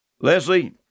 Leslie